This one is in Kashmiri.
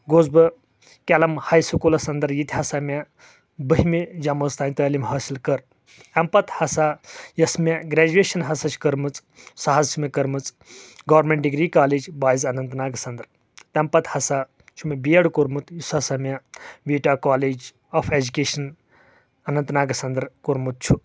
گوٚوُس بہٕ کیٚلم ہاے سکولس انٛدر ییٚتہِ ہسا مےٚ بٔہمہِ جمٲژ تام تعلیٖم حٲصل کٔر امہِ پتہٕ ہسا یۄس مےٚ گریجویشن ہسا چھِ کٔرمٕژ سۄ حظ چھِ مےٚ کٔرمٕژ گورنٛمیٚنٹ ڈگری کالیج بایِز اننت ناگس انٛدر تمہِ پتہٕ ہسا چھُ مےٚ بی ایڈ کوٚرمُت یُس ہسا مےٚ بیٖٹا کالیج آف ایٚجکیشن اننت ناگس اندر کوٚرمُت چھُ